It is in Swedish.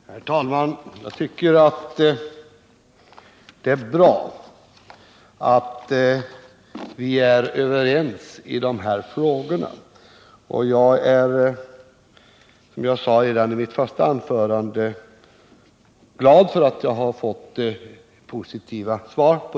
Herr talman! Jag tycker det är bra att vi är överens i de här frågorna och jag är, som jag sade redan i mitt första anförande, glad för att jag har fått positiva svar.